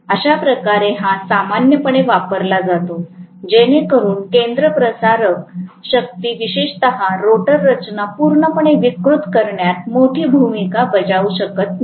अशाप्रकारे हा सामान्यपणे वापरला जातो जेणेकरून केंद्रापसारक शक्ती विशेषत रोटर रचना पूर्णपणे विकृत करण्यात मोठी भूमिका बजावू शकत नाही